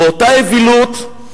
ואותה אווילות,